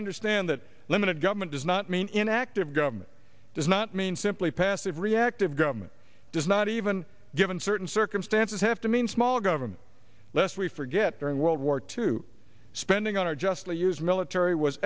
sunder stand that limited government does not mean in active government does not mean simply passive reactive government does not even given certain circumstances have to mean small government lest we forget during world war two spending our justly years military was